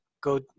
go